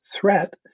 threat